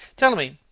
tell me,